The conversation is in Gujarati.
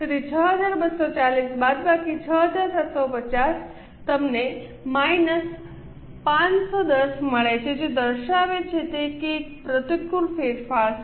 તેથી 6240 બાદબાકી 6750 તમને માઈનસ 510 મળે છે જે દર્શાવે છે કે તે એક પ્રતિકૂળ ફેરફાર છે